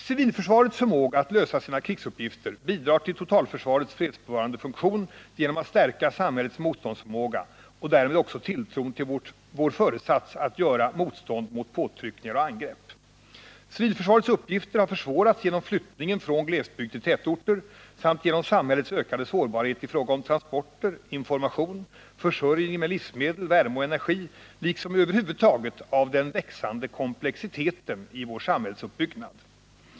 Civilförsvarets förmåga att lösa sina krigsuppgifter bidrar till totalförsvarets fredsbevarande funktion genom att stärka samhällets motståndsförmåga och därmed också tilltron till vår föresats att göra motstånd mot påtryckningar och angrepp. Civilförsvarets uppgifter har försvårats genom flyttningen från glesbygd till tätorter samt genom samhällets ökade sårbarhet i fråga om transporter, information, försörjning med livsmedel, värme och energi liksom över huvud taget av den växande komplexiteten i vår samhällsuppbyggnad.